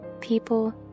people